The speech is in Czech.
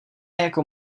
jako